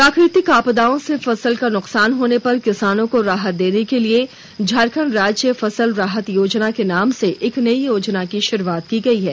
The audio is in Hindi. प्राकृतिक आपदाओं से फसल का नुकसान होने पर किसानों को राहत देने के लिए झारखंड राज्य फसल राहत योजना के नाम से एक नई योजना की शुरूआत की गई है